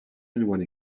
anyone